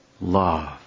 love